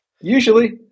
Usually